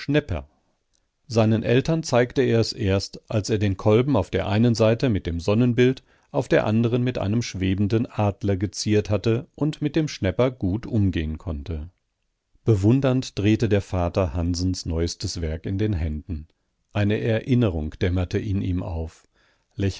seinen eltern zeigte er es erst als er den kolben auf der einen seite mit dem sonnenbild auf der anderen mit einem schwebenden adler geziert hatte und mit dem schnäpper gut umgehen konnte bewundernd drehte der vater hansens neuestes werk in den händen eine erinnerung dämmerte in ihm auf